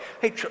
Hey